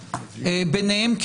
ביניהם,